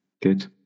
good